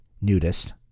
nudist